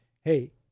hey